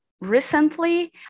Recently